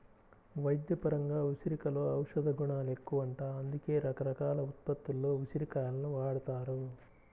వైద్యపరంగా ఉసిరికలో ఔషధగుణాలెక్కువంట, అందుకే రకరకాల ఉత్పత్తుల్లో ఉసిరి కాయలను వాడతారు